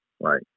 right